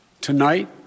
tonight